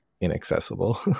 inaccessible